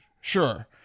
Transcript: Sure